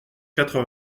quatre